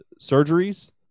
surgeries